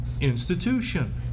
institution